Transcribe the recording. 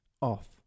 Off